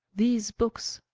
these books,